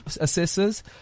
Assessors